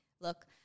look